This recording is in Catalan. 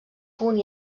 punt